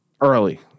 early